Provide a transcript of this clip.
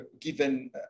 given